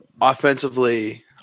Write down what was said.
offensively